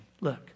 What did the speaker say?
Look